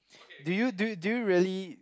do you do you do you really